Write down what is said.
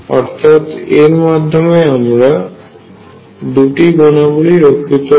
অর্থাৎ এর মাধ্যমে আমাদের দুটি গুণাবলীই রক্ষিত হয়